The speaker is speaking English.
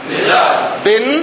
Bin